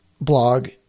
blog